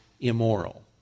immoral